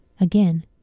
Again